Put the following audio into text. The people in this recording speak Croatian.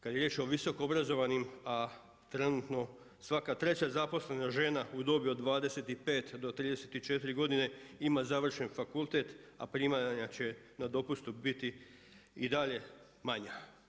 Kad je riječ o visokoobrazovanim, a trenutno svaka treća zaposlena žena u dobi od 25 do 34 godine ima završen fakultet a primanja će na dopustu biti i dalje manja.